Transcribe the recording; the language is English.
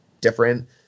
different